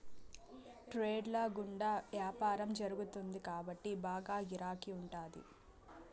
trades ల గుండా యాపారం జరుగుతుంది కాబట్టి బాగా గిరాకీ ఉంటాది